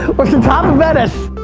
to but the top of venice.